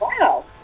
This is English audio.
Wow